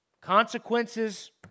Consequences